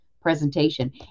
presentation